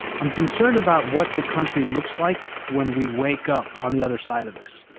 i'm concerned about what the country looks like when we wake up on the other side of this.